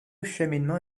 cheminement